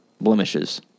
blemishes